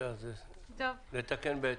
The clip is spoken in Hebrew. נתקן בהתאם.